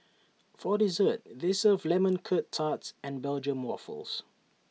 for dessert they serve lemon Curt tarts and Belgium Waffles